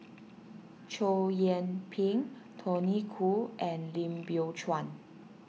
Chow Yian Ping Tony Khoo and Lim Biow Chuan